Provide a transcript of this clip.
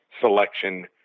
selection